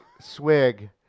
swig